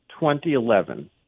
2011